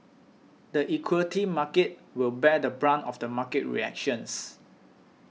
the equity market will bear the brunt of the market reactions